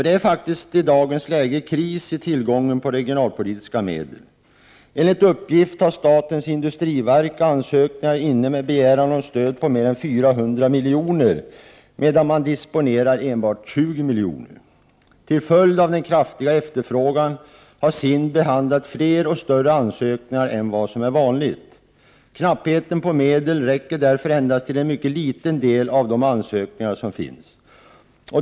Det är faktiskt i dagens läge kris i fråga om tillgången på regionalpolitiska medel. Enligt uppgift har statens industriverk ansökningar inne med begäran om stöd på mer än 400 milj.kr. Man disponerar endast ca 20 miljoner. Till följd av den kraftiga efterfrågan har SIND behandlat fler och större ansökningar än vad som är vanligt. Knappheten på medel räcker därför endast till en mycket liten del av de ansökningar som finns.